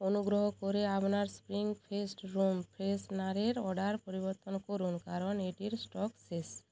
অনুগ্রহ করে আপনার স্প্রিং ফেস্ট রুম ফ্রেশনারের অর্ডার পরিবর্তন করুন কারণ এটির স্টক শেষ